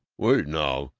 wait, now!